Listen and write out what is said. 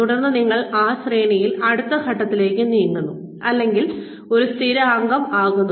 തുടർന്ന് നിങ്ങൾ ആ ശ്രേണിയിൽ അടുത്ത ഘട്ടത്തിലേക്ക് നീങ്ങുന്നു അല്ലെങ്കിൽ ഒരു സ്ഥിരാംഗം ആകുന്നു